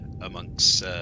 amongst